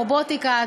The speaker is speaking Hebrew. רובוטיקה,